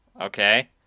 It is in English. okay